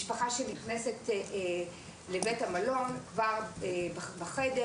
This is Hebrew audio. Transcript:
משפחה שנכנסת לבית המלון יכולה כבר בחדר